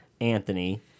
Anthony